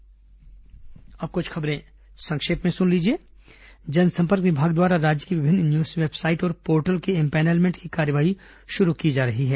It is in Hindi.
संक्षिप्त समाचार अब कुछ अन्य खबरें संक्षिप्त में जनसंपर्क विभाग द्वारा राज्य की विभिन्न न्यूज वेबसाइट और पोर्टल के इम्पैनलमेंट की कार्यवाही शुरू की जा रही है